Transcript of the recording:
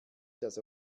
das